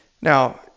Now